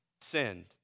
sinned